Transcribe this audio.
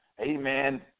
Amen